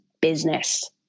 business